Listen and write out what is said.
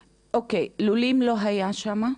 אוקיי, לולים לא היו שם,